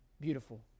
beautiful